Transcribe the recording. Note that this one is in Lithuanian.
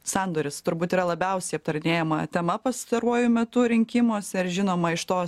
sandoris turbūt yra labiausiai aptarinėjama tema pastaruoju metu rinkimuose ar žinoma iš to